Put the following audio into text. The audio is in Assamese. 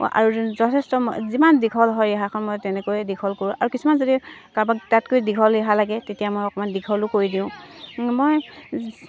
আৰু যথেষ্ট যিমান দীঘল হয় ৰিহাখন মই তেনেকৈয়ে দীঘল কৰোঁ আৰু কিছুমান যদি কাৰোবাক তাতকৈ দীঘল ৰিহা লাগে তেতিয়া মই অকণমান দীঘলো কৰি দিওঁ মই